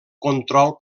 control